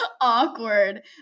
awkward